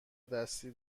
دستی